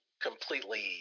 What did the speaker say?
completely